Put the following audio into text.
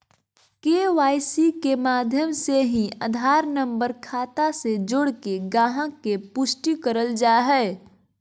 KYC के माध्यम से ही आधार नम्बर खाता से जोड़के गाहक़ के पुष्टि करल जा हय